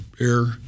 air